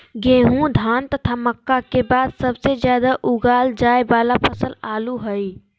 गेहूं, धान तथा मक्का के बाद सबसे ज्यादा उगाल जाय वाला फसल आलू हइ